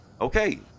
Okay